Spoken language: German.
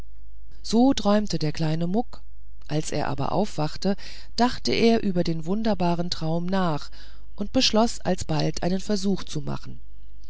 so träumte der kleine muck als er aber aufwachte dachte er über den wunderbaren traum nach und beschloß alsbald einen versuch zu machen